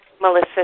Melissa